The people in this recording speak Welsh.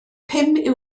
pum